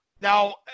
now